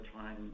time